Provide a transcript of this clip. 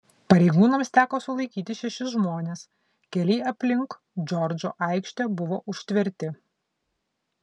pareigūnams teko sulaikyti šešis žmones keliai aplink džordžo aikštę buvo užtverti